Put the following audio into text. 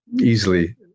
easily